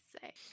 say